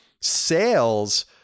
sales